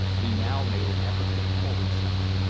he now made an effort to control himself,